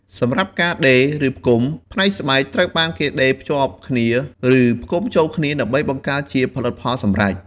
សម្រាប់ការដេរ ឬផ្គុំ ផ្នែកស្បែកត្រូវបានដេរភ្ជាប់គ្នា ឬផ្គុំចូលគ្នាដើម្បីបង្កើតជាផលិតផលសម្រេច។